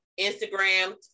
Instagram